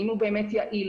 אם הוא באמת יעיל,